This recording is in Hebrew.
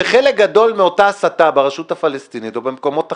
שחלק גדול מאותה הסתה ברשות הפלסטינית או במקומות אחרים,